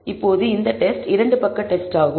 இப்போது இந்த டெஸ்ட் இரண்டு பக்க டெஸ்ட் ஆகும்